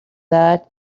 that